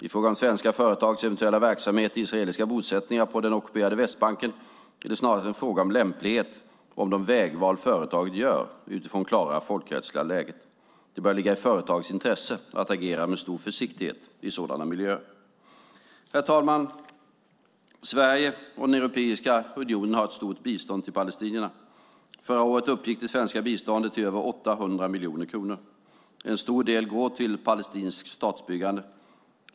I fråga om svenska företags eventuella verksamhet i israeliska bosättningar på den ockuperade Västbanken är det snarast en fråga om lämplighet och om de vägval företaget gör utifrån det klara folkrättsliga läget. Det bör ligga i företagens intresse att agera med stor försiktighet i sådana miljöer. Herr talman! Sverige och Europeiska unionen har ett stort bistånd till palestinierna. Förra året uppgick det svenska biståndet till över 800 miljoner kronor. En stor del går till palestinskt statsbyggande.